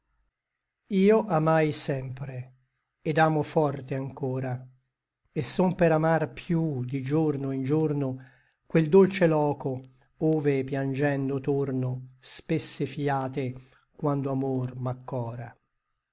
io amai sempre et amo forte anchora et son per amar piú di giorno in giorno quel dolce loco ove piangendo torno spesse fïate quando amor m'accora